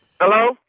Hello